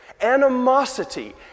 animosity